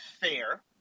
fair